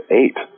eight